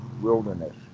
wilderness